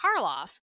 Karloff